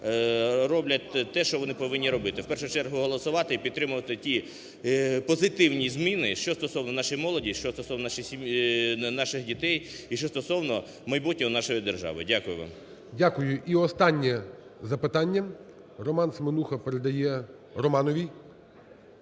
роблять те, що вони повинні робити, в першу чергу голосувати і підтримувати ті позитивні зміни, що стосовно нашій молоді, що стосовної наших дітей і що стосовно майбутнього нашої держави. Дякую вам. ГОЛОВУЮЧИЙ. Дякую. І останнє запитання. Роман Семенуха передає Романовій.